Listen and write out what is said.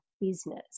business